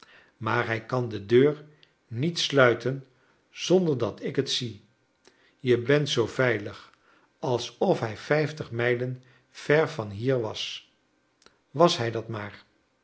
maar hij kan de deur niet sluiten zonder dat ik het zie je bent zoo veilig alsof hij vijftig mijlen ver van hier was vvas hij dat maar